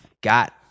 got